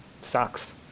sucks